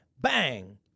bang